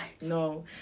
No